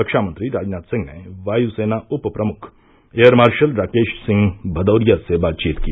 रक्षा मंत्री राजनाथ सिंह ने वायुसेना उप प्रमुख एयर मार्शल राकेश सिंह भदौरिया से बातचीत की